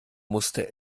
musste